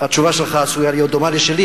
התשובה שלך עשויה להיות דומה לשלי,